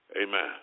Amen